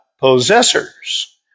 possessors